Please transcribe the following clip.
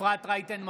בעד יפעת שאשא ביטון,